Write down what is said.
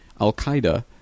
Al-Qaeda